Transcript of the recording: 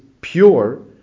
pure